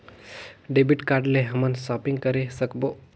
Debit card ले हमन shopping करे सकबो?